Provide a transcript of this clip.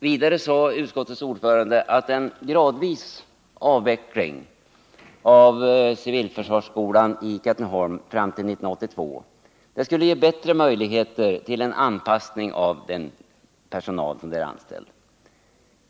Vidare sade utskottets ordförande att en gradvis avveckling av civilförsvarsskolan i Katrineholm fram till 1982 skulle ge bättre möjligheter till en anpassning för den personal som är anställd.